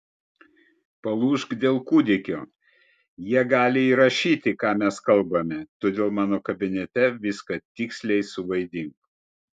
palūžk dėl kūdikio jie gali įrašyti ką mes kalbame todėl mano kabinete viską tiksliai suvaidink